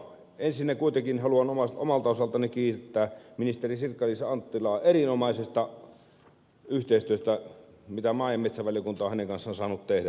ensinnä kuitenkin haluan omalta osaltani kiittää ministeri sirkka liisa anttilaa erinomaisesta yhteistyöstä jota maa ja metsätalousvaliokunta on hänen kanssaan saanut tehdä